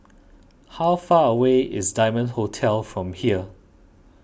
how far away is Diamond Hotel from here